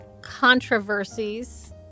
controversies